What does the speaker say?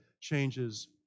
changes